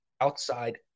outside